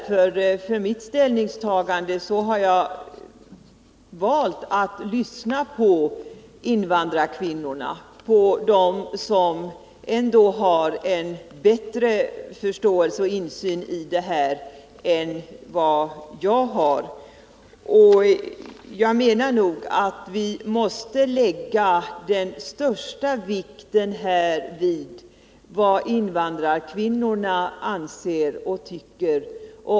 För mitt ställningstagande har jag därför valt att lyssna på invandrarkvinnorna, som ändå har bättre förståelse för och insyn i detta problem än vad jag har. Vi måste nog lägga den största vikten vid vad invandrarkvinnorna tycker och tänker.